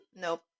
Nope